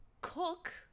cook